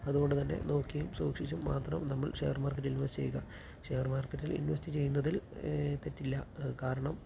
അതുകൊണ്ട് തന്നെ നോക്കിയും സൂക്ഷിച്ചും മാത്രം നമ്മൾ ഷെയർ മാർക്കെറ്റിൽ ഇൻവെസ്റ്റ് ചെയ്യുക ഷെയർ മാർക്കറ്റിൽ ഇൻവെസ്റ്റ് ചെയ്യുന്നതിൽ തെറ്റില്ല കാരണം